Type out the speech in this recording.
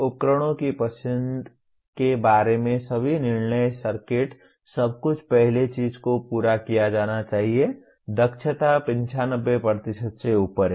उपकरणों की पसंद के बारे में सभी निर्णय सर्किट सब कुछ पहली चीज को पूरा किया जाना चाहिए दक्षता 95 से ऊपर है